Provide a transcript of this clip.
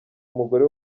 umugore